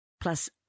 plus